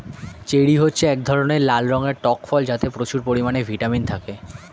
cherry হচ্ছে এক ধরনের লাল রঙের টক ফল যাতে প্রচুর পরিমাণে ভিটামিন থাকে